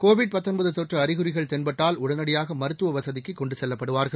Covid தொற்று அறிகுறிகள் தென்பட்டால் உடனடியாக மருத்துவ வசதிக்கு கொண்டு செல்லப்படுவார்கள்